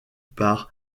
par